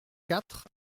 quatre